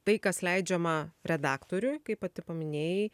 tai kas leidžiama redaktoriui kaip pati paminėjai